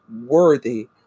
worthy